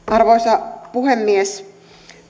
arvoisa puhemies